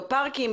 בפארקים,